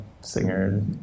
singer